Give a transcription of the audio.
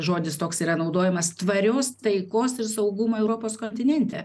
žodis toks yra naudojamas tvarios taikos ir saugumo europos kontinente